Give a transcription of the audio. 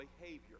behavior